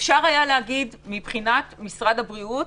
אפשר היה לומר מבחינת משרד הבריאות: